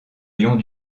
lions